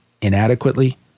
inadequately